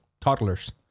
toddlers